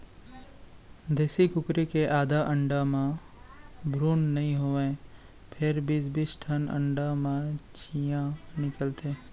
देसी कुकरी के आधा अंडा म भ्रून नइ होवय फेर बीस बीस ठन अंडा म चियॉं निकलथे